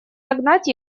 догнать